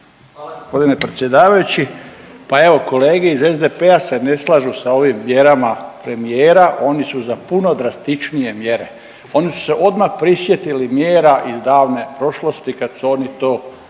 Hvala g. predsjedavajući. Pa evo kolege iz SDP-a se ne slažu sa ovim mjerama premijera, oni su za puno drastičnije mjere, oni su se odma prisjetili mjera iz davne prošlosti kad su oni to vladali,